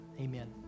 Amen